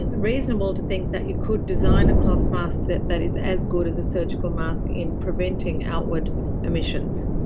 and reasonable to think that you could design a cloth mask that that is as good as a surgical mask in preventing outward emissions.